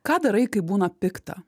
ką darai kai būna pikta